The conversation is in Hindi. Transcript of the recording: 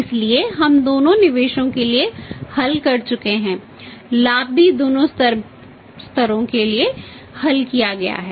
इसलिए हम दोनों निवेशों के लिए हल कर चुके हैं लाभ भी दोनों स्तरों के लिए हल किया गया है